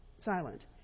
silent